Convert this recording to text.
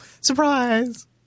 Surprise